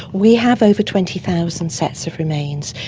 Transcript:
we have over twenty thousand sets of remains.